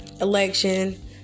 election